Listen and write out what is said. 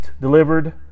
delivered